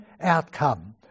outcome